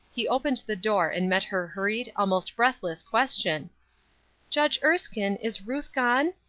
he opened the door and met her hurried, almost breathless, question judge erskine, is ruth gone?